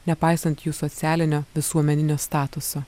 nepaisant jų socialinio visuomeninio statuso